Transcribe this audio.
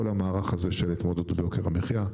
המערך הזה של התמודדות עם יוקר המחייה.